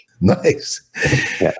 Nice